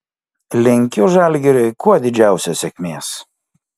linkiu žalgiriui kuo didžiausios sėkmės